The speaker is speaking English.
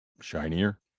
shinier